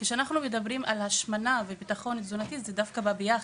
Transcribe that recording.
מדברים על השמנה ועל ביטחון תזונתי זה דווקא בא ביחד,